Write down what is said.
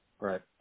Right